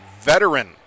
veteran